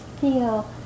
feel